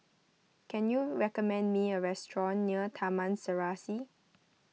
can you recommend me a restaurant near Taman Serasi